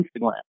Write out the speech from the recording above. Instagram